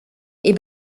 est